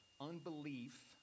unbelief